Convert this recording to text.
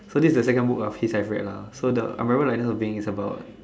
so this is the second book of his I've read lah so the I remember the first being about